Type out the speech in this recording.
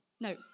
no